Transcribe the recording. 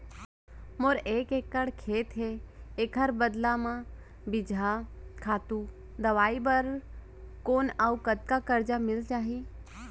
मोर एक एक्कड़ खेत हे, एखर बदला म बीजहा, खातू, दवई बर कोन अऊ कतका करजा मिलिस जाही?